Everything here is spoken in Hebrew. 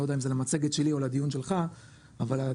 אני לא יודע אם זה על המצגת שלי או על הדברים שלך אבל הדיון